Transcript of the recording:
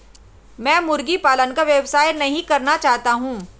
मैं मुर्गी पालन का व्यवसाय नहीं करना चाहता हूँ